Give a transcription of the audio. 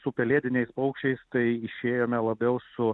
su pelėdiniais paukščiais tai išėjome labiau su